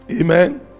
amen